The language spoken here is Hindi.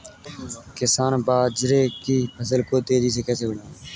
किसान बाजरे की फसल को तेजी से कैसे बढ़ाएँ?